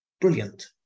brilliant